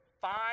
five